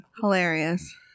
Hilarious